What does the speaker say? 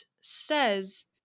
says